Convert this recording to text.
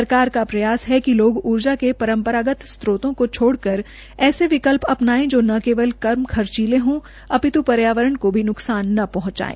सरकार का प्रया है कि लोग ऊर्जा के परम्परागत स्त्रोतो को छोड़कर ऐसे विकल्प अनपायें जो न केवल कम खर्चीले हो अपितु पर्यावारण को भी नुकसान न पहंचायें